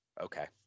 Okay